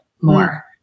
more